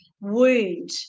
wound